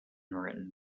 written